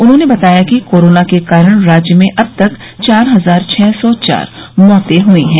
उन्होंने बताया कि कोरोना के कारण राज्य में अब तक चार हजार छः सौ चार मौते हुई हैं